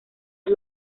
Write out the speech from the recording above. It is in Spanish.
las